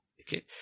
Okay